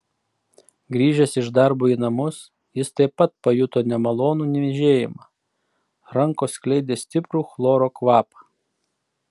grįžęs iš darbo į namus jis taip pat pajuto nemalonų niežėjimą rankos skleidė stiprų chloro kvapą